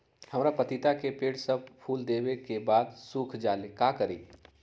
हमरा पतिता के पेड़ सब फुल देबे के बाद सुख जाले का करी?